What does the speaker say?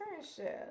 internship